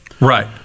Right